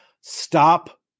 Stop